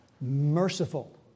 Merciful